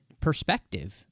perspective